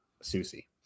Susie